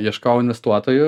ieškau investuotojų